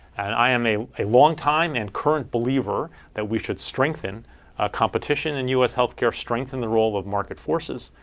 and i am a a longtime and current believer that we should strengthen competition in us health care, strengthen the role of market forces.